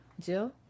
Jill